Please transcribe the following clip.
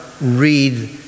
read